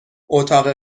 اتاق